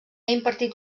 impartit